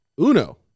Uno